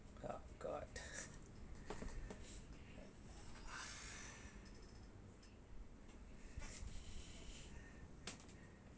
ah god